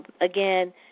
Again